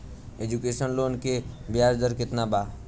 Education loan के ब्याज दर केतना बा?